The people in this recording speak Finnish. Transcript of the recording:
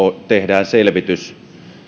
tehdään selvitys